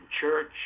church